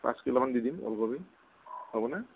পাঁচ কিলো মান দি দিম ওলকবি হ'বনে